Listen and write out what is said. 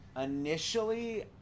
initially